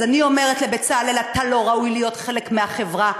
אז אני אומרת לבצלאל: אתה לא ראוי להיות חלק מהחברה.